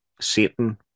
Satan